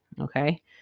Okay